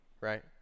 right